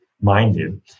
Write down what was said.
minded